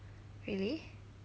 really